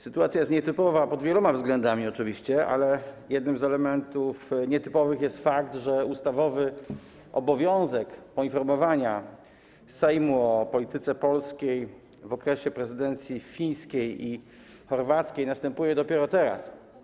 Sytuacja jest nietypowa pod wieloma względami oczywiście, ale jednym z elementów nietypowych jest fakt, że ustawowy obowiązek poinformowania Sejmu o polityce polskiej w okresie prezydencji fińskiej i prezydencji chorwackiej następuje dopiero teraz.